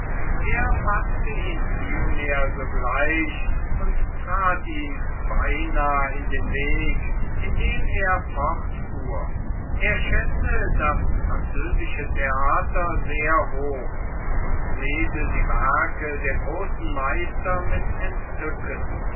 er faßte ihn vielmehr sogleich und trat ihm beinah in den weg indem er fortfuhr er schätze das französische theater sehr hoch und lese die werke der großen meister mit entzücken